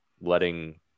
letting